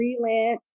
freelance